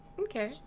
Okay